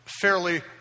fairly